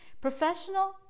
professional